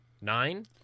nine